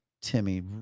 Timmy